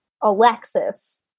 Alexis